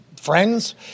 friends